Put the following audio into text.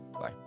Bye